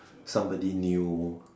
somebody new